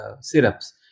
syrups